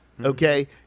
Okay